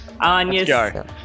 Anya